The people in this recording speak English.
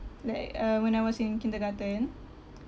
like uh when I was in kindergarten